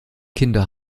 kinder